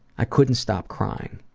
i couldn't stop crying.